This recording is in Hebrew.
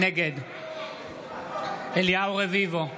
נגד אליהו רביבו,